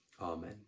amen